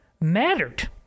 mattered